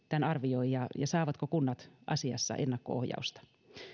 tämän arvioi ja miten ja saavatko kunnat asiassa ennakko ohjausta